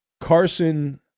Carson